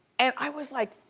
and i was like,